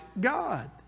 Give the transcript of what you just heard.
God